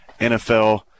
NFL